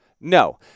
no